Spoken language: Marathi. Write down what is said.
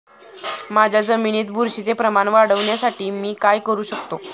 माझ्या जमिनीत बुरशीचे प्रमाण वाढवण्यासाठी मी काय करू शकतो?